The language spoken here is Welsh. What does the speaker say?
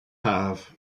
haf